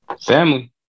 family